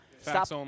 stop